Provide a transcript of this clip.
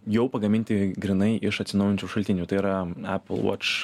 jau pagaminti grynai iš atsinaujinančių šaltinių tai yra epul vuoč